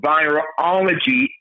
Virology